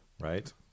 Right